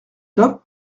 tome